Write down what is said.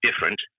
different